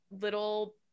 little